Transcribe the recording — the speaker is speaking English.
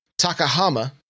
Takahama